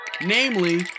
Namely